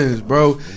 bro